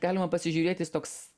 galima pasižiūrėt jis toks